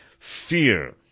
Fear